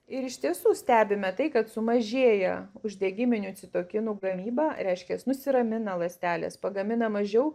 ir iš tiesų stebime tai kad sumažėja uždegiminių citokinų gamyba reiškias nusiramina ląstelės pagamina mažiau